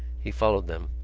he followed them,